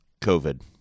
COVID